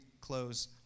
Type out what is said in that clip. close